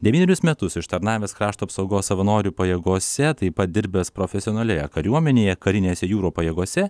devynerius metus ištarnavęs krašto apsaugos savanorių pajėgose taip pat dirbęs profesionalioje kariuomenėje karinėse jūrų pajėgose